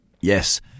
Yes